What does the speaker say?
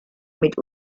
mit